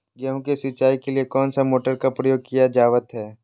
गेहूं के सिंचाई के लिए कौन सा मोटर का प्रयोग किया जावत है?